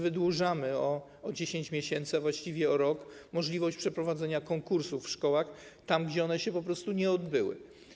Wydłużamy o 10 miesięcy, a właściwie o rok, możliwość przeprowadzenia konkursów w szkołach tam, gdzie one się nie odbyły.